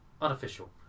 Unofficial